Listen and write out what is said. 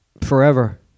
forever